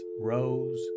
rose